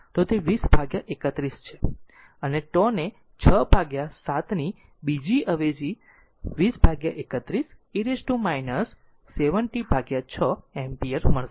તો તે 2031 છે અને τ ને 6 ભાગ્યા 7 ની બીજી અવેજી 2031 e t 7 t6 એમ્પીયર મળશે